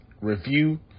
review